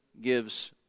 gives